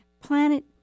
planet